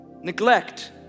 Neglect